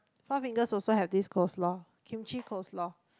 Four-Fingers also have this coleslaw Kimchi coleslaw